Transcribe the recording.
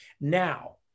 Now